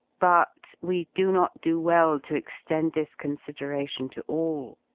but we do not do well to extend this consideration to all,